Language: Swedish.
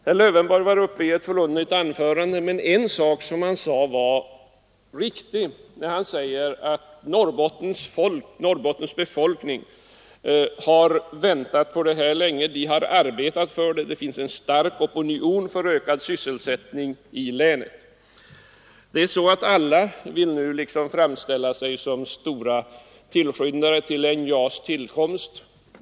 Herr Lövenborg höll här ett egendomligt anförande, men en sak som han sade var riktig, nämligen den att Norrbottens befolkning har väntat länge på och arbetat mycket för detta projekt och att det finns en stark opinion för ökad sysselsättning i länet. Ja, alla vill nu framställa sig som stora tillskyndare till NJA:s tillkomst.